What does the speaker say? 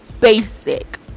basic